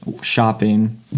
shopping